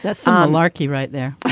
that's um larky right there.